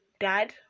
dad